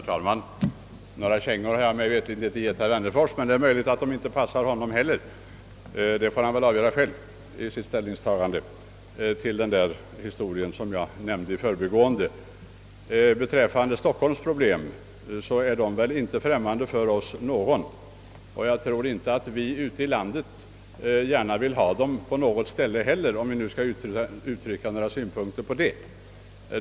Herr talman! Någon känga vet jag mig inte ha givit herr Wennerfors, men det är möjligt att vad jag sade inte passade honom heller. Det får han avgöra själv i sitt ställningstagande till den historia jag i förbigående nämnde om. Beträffande Stockholms problem är de väl inte främmande för någon av oss, och jag tror inte att vi på något ställe ute i landet vill ha dem.